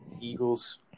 Eagles